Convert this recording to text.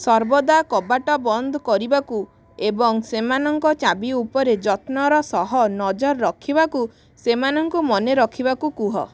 ସର୍ବଦା କବାଟ ବନ୍ଦ କରିବାକୁ ଏବଂ ସେମାନଙ୍କ ଚାବି ଉପରେ ଯତ୍ନର ସହ ନଜର ରଖିବାକୁ ସେମାନଙ୍କୁ ମନେ ରଖିବାକୁ କୁହ